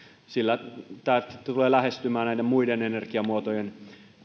sillä tämä tulee lähestymään näiden muiden energiamuotojen